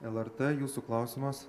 lrt jūsų klausimas